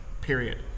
Period